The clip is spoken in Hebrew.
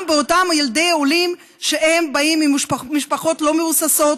גם באותם ילדי עולים שבאים ממשפחות לא מבוססות,